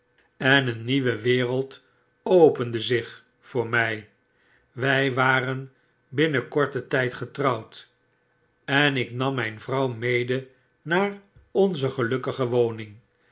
en een nieuwe wereld opende zich voor mij wij waren binnen korten tijd getrouwd en ik nam mijn vrouw mede naar onze gelukkige woning